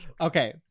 okay